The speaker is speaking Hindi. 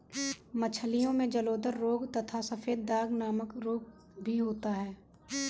मछलियों में जलोदर रोग तथा सफेद दाग नामक रोग भी होता है